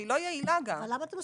והיא לא יעילה גם.